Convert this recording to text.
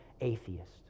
atheist